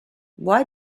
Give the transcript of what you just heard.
why